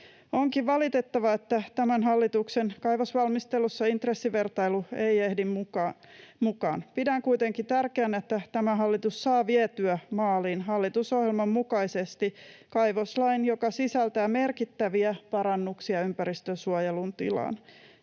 Onkin valitettavaa, että tämän hallituksen kaivosvalmistelussa intressivertailu ei ehdi mukaan. Pidän kuitenkin tärkeänä, että tämä hallitus saa vietyä maaliin hallitusohjelman mukaisesti kaivoslain, joka sisältää merkittäviä parannuksia ympäristönsuojelun tilaan.